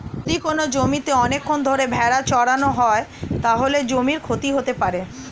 যদি কোনো জমিতে অনেকক্ষণ ধরে ভেড়া চড়ানো হয়, তাহলে জমির ক্ষতি হতে পারে